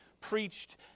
preached